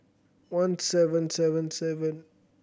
one seven seven seven